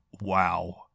wow